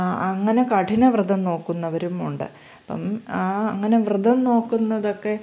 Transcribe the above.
അങ്ങനെ കഠിനവ്രതം നോക്കുന്നവരും ഉണ്ട് അപ്പം ആ അങ്ങനെ വ്രതം നോക്കുന്നതൊക്കെ